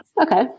Okay